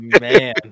man